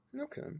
Okay